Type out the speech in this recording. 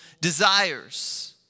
desires